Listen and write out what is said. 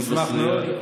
אני אשמח מאוד,